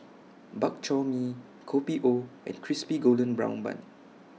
Bak Chor Mee Kopi O and Crispy Golden Brown Bun